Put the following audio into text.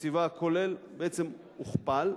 תקציבה הכולל בעצם הוכפל.